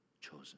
chosen